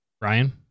Ryan